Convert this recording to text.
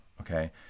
okay